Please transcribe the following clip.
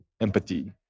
empathy